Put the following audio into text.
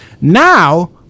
Now